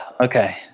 Okay